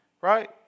right